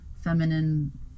feminine